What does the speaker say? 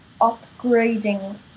upgrading